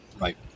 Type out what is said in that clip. Right